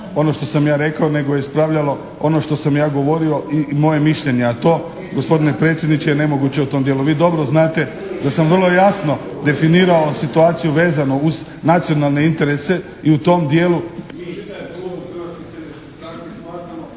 ono što sam ja rekao nego je ispravljao ono što sam ja govorio i moje mišljenje, a to gospodine predsjedniče je nemoguće o tom dijelu. Vi dobro znate da sam vrlo jasno definirao situaciju vezano uz nacionalne interese i u tom dijelu